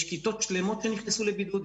יש כיתות שלמות שנכנסו לבידוד,